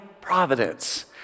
providence